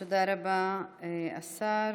תודה רבה, השר.